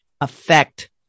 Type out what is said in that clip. affect